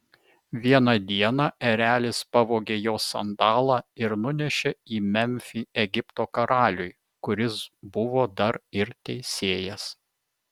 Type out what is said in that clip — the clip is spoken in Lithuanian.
vieną dieną erelis pavogė jos sandalą ir nunešė į memfį egipto karaliui kuris buvo dar ir teisėjas